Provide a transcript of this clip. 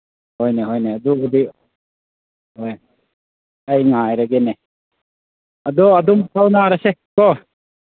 ꯍꯣꯏꯅꯦ ꯍꯣꯏꯅꯦ ꯑꯗꯨꯕꯨꯗꯤ ꯍꯣꯏ ꯑꯩ ꯉꯥꯏꯔꯒꯦꯅꯦ ꯑꯗꯣ ꯑꯗꯨꯝ ꯐꯥꯎꯅꯔꯁꯦ ꯀꯣ